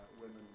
women